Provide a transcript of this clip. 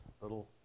little